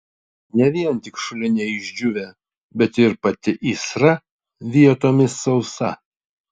ne vien tik šuliniai išdžiūvę bet ir pati įsra vietomis sausa